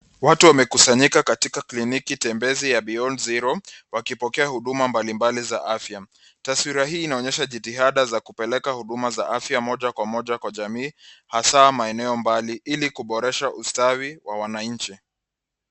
Watu wamekusanyika katika kliniki tembezi ya Beyond Zero wakipokea huduma mbalimbali za afya, taswira hii inaonyesha jitihada za kupeleka huduma za afya moja kwa moja kwa jamii hasaa maeneo mbali ili kuboresha ustawi wa wanainchi.